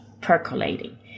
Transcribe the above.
percolating